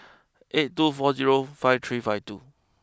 eight two four zero five three five two